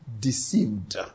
deceived